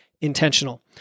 intentional